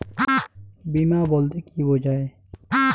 বিমা বলতে কি বোঝায়?